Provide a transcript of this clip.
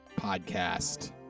podcast